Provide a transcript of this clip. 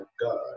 God